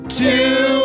two